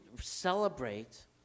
celebrate